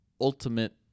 ultimate